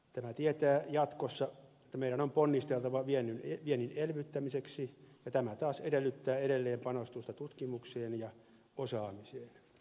tämä tietää jatkossa että meidän on ponnisteltava viennin elvyttämiseksi ja tämä taas edellyttää edelleen panostusta tutkimukseen ja osaamiseen